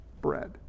bread